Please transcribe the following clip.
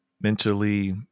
mentally